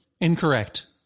Incorrect